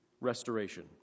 restoration